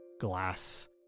glass